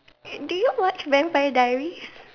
do you watch Vampire Diaries